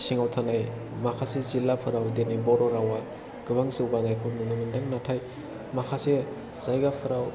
सिङाव थानाय माखासे जिल्लाफोराव दिनै बर' रावआ गोबां जौगानायखौ नुनो मोनदों नाथाय माखासे जायगाफोराव